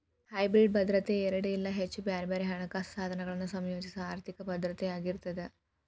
hybrid ಭದ್ರತೆ ಎರಡ ಇಲ್ಲಾ ಹೆಚ್ಚ ಬ್ಯಾರೆ ಬ್ಯಾರೆ ಹಣಕಾಸ ಸಾಧನಗಳನ್ನ ಸಂಯೋಜಿಸೊ ಆರ್ಥಿಕ ಭದ್ರತೆಯಾಗಿರ್ತದ